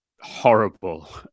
horrible